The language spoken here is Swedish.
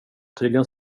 tydligen